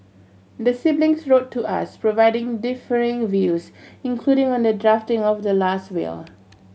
the siblings wrote to us providing differing views including on the drafting of the last will